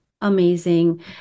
amazing